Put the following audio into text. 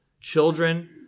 children